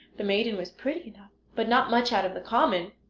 the maiden was pretty enough, but not much out of the common.